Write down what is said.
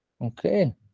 okay